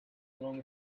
along